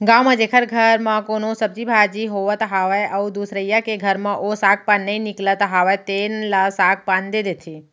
गाँव म जेखर घर म कोनो सब्जी भाजी होवत हावय अउ दुसरइया के घर म ओ साग पान नइ निकलत हावय तेन ल साग पान दे देथे